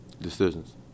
Decisions